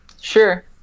Sure